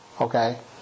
okay